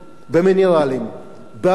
מינרלים, אוויר,